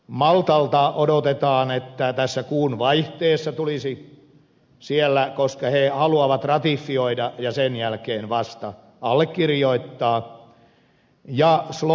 maltalta odotetaan että tässä kuun vaihteessa se tulisi siellä tehtyä koska he haluavat ratifioida ja sen jälkeen vasta allekirjoittaa